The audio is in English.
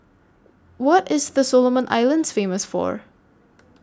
What IS The Solomon Islands Famous For